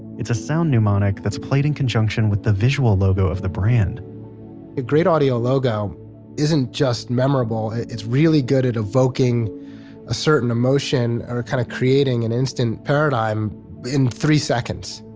it's a sound mnemonic that's played in conjunction with the visual logo of the brand a great audio logo isn't just memorable, it's really good at evoking a certain emotion, or kind of creating an instant paradigm in three seconds,